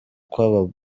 kw’aba